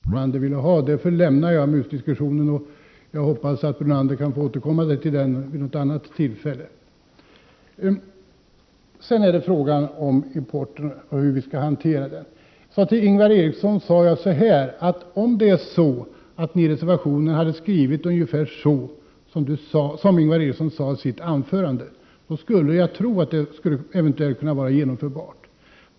Herr talman! Jag sade när jag började mitt anförande att jag inte skulle gå in på den här musdiskussionen. Jag hade inte tid att göra den djupare vetenskapliga analys som Lennart Brunander ville ha. Jag lämnade därför musdiskussionen därhän. Jag hoppas att Lennart Brunander kan få återkomma till den vid något annat tillfälle. Så till frågan om hur vi skall hantera importen. Till Ingvar Eriksson sade jag att om reservationen hade formulerats ungefär på det sätt som Ingvar Eriksson uttryckte sig i sitt anförande, skulle reservationsförslaget möjligen kunna vara genomförbart.